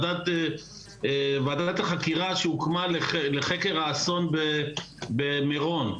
ועדת החקירה שהוקמה לחקר האסון במירון,